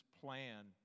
plan